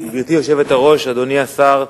גברתי היושבת-ראש, אדוני השר,